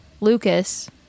Lucas